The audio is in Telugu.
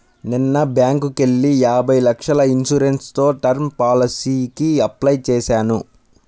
నిన్న బ్యేంకుకెళ్ళి యాభై లక్షల ఇన్సూరెన్స్ తో టర్మ్ పాలసీకి అప్లై చేశాను